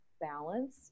balance